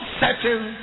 setting